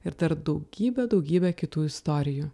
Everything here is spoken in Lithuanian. ir dar daugybę daugybę kitų istorijų